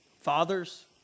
fathers